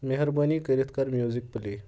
میہربٲنی کٔرِتھ کَر music play